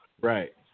Right